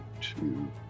two